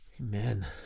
Amen